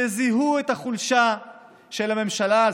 שזיהו את החולשה של הממשלה זאת.